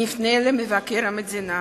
נפנה למבקר המדינה